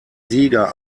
sieger